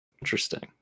Interesting